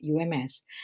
UMS